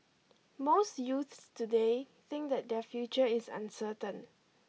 most youths today think that their future is uncertain